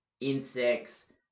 insects